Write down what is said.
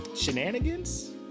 shenanigans